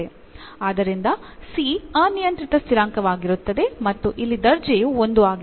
ಆದ್ದರಿಂದ c ಅನಿಯಂತ್ರಿತ ಸ್ಥಿರಾಂಕವಾಗಿರುತ್ತದೆ ಮತ್ತು ಇಲ್ಲಿ ದರ್ಜೆಯು 1 ಆಗಿತ್ತು